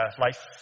life